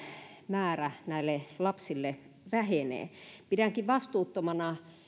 määrä näille lapsille vähenee pidänkin vastuuttomana